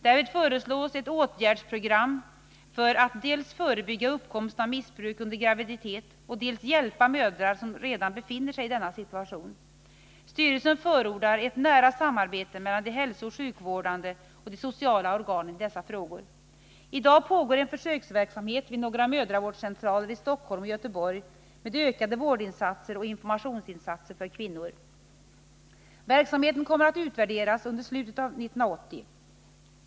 Därvid föreslås ett åtgärdsprogram för att dels förebygga uppkomsten av missbruk under graviditet, dels hjälpa mödrar som redan befinner sig i denna situation. Styrelsen förordar ett nära samarbete mellan de hälsooch sjukvårdande och de sociala organen i dessa frågor. I dag pågår en försöksverksamhet vid några mödravårdscentraler i Stockholm och Göteborg med ökade vårdinsatser och informationsinsatser för kvinnor. Verksamheten kommer att utvärderas under slutet av år 1980.